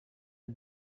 are